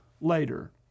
later